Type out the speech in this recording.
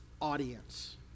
audience